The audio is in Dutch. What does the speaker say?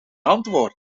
antwoord